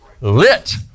lit